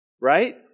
right